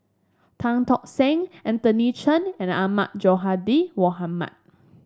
Tan Tock Seng Anthony Chen and Ahmad Sonhadji Mohamad